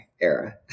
era